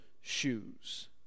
shoes